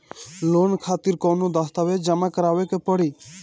Loan खातिर कौनो दस्तावेज जमा करावे के पड़ी?